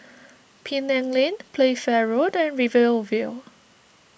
Penang Lane Playfair Road and Rivervale